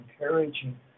encouraging